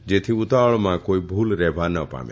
જેથી ઉતાવળમાં કોઇ ભુલ રહેવા ના પામે